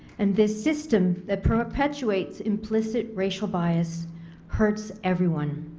and this system that perpetuates implicit racial bias hurts everyone.